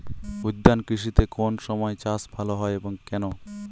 উদ্যান কৃষিতে কোন সময় চাষ ভালো হয় এবং কেনো?